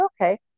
okay